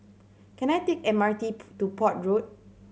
can I take M R T to Port Road